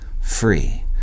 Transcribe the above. free